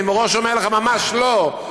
אני מראש אומר לך: ממש לא,